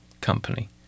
company